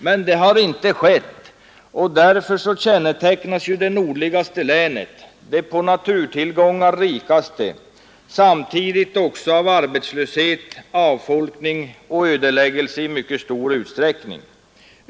Men det har inte skett, och därför kännetecknas det nordligaste länet — det på naturtillgångar rikaste — också samtidigt av arbetslöshet, avfolkning och ödeläggelse i mycket stor utsträckning.